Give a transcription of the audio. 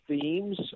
themes